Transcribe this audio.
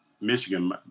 Michigan